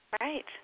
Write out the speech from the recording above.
Right